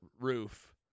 roof